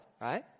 right